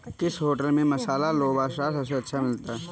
किस होटल में मसाला लोबस्टर सबसे अच्छा मिलता है?